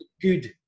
good